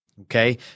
okay